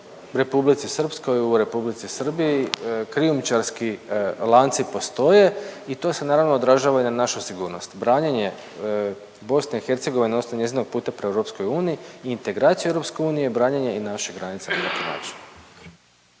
u Republici Srpskoj, u Republici Srbiji, krijumčarski lanci postoje i to se naravno odražava i na našu sigurnost. Branjenje BiH odnosno njezinog puta prema EU i integraciju u EU je branjenje i naše granice na neki način.